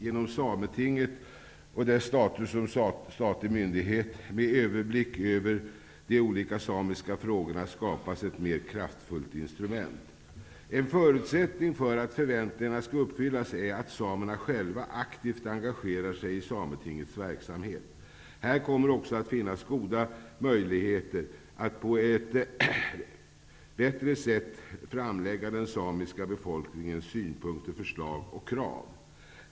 Genom Sametinget, och dess status som statlig myndighet med överblick över de olika samiska frågorna, skapas ett mer kraftfullt instrument. En förutsättning för att förväntningarna skall uppfyllas är att samerna själva aktivt engagerar sig i Sametingets verksamhet. Här kommer också att finnas goda möjligheter att på ett auktoritativt sätt framlägga den samiska befolkningens synpunkter, förslag och krav.